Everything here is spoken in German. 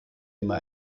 immer